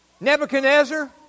Nebuchadnezzar